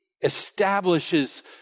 establishes